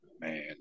man